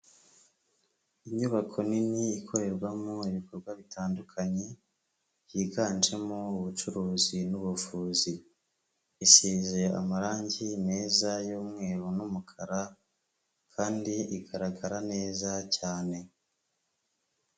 Inyubako nini ikorerwamo ibikorwa bitandukanye, byiganjemo ubucuruzi n'ubuvuzi. Isize amarangi meza y'umweru n'umukara, kandi igaragara neza cyane.